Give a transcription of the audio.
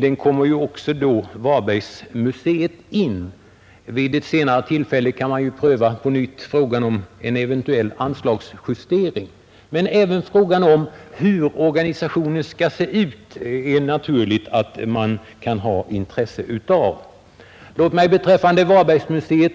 Där kommer också Varbergs museum in i bilden, och vid ett senare tillfälle kan vi på nytt pröva frågan om en eventuell anslagsjustering. Men det är naturligt att man också har intresse av hur organisationen skall se ut. Frågan om anslag till Varbergs museum har